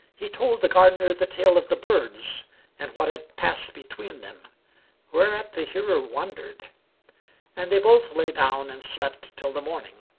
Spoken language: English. he told the gardener the tale of the birds and what had passed between them whereat the hearer wondered and they both lay down and slept till the morning.